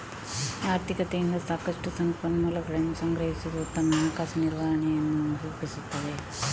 ಆರ್ಥಿಕತೆಯಿಂದ ಸಾಕಷ್ಟು ಸಂಪನ್ಮೂಲಗಳನ್ನು ಸಂಗ್ರಹಿಸುವುದು ಉತ್ತಮ ಹಣಕಾಸು ನಿರ್ವಹಣೆಯನ್ನು ರೂಪಿಸುತ್ತದೆ